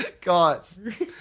Guys